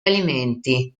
alimenti